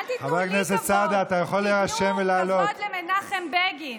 אל תיתנו לי כבוד, תנו למנחם בגין